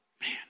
Man